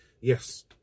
yes